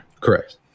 correct